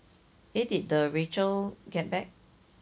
eh did the rachel get back